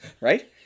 Right